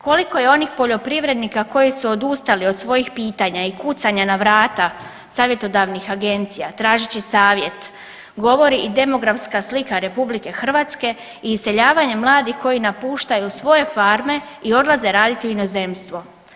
Koliko je onih poljoprivrednika koji su odustali od svojih pitanja i kucanja na vrata savjetodavnih agencija tražeći savjet govori i demografska slika RH i iseljavanje mladih koji napuštaju svoje farme i odlaze raditi u inozemstvo.